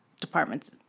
departments